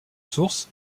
sources